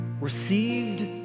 received